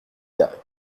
carrés